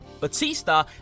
Batista